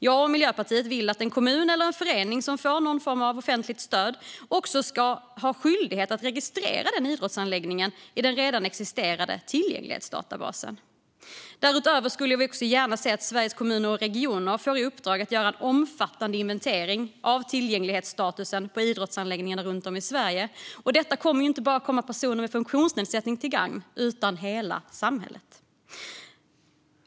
Jag och Miljöpartiet vill att en kommun eller en förening som får någon form av offentligt stöd också ska ha skyldighet att registrera den idrottsanläggningen i den redan existerande tillgänglighetsdatabasen. Därutöver skulle vi också gärna se att Sveriges Kommuner och Regioner får i uppdrag att göra en omfattande inventering av tillgänglighetsstatusen på idrottsanläggningarna runt om i Sverige. Detta kommer inte bara personer med funktionsnedsättning till gagn utan hela samhället.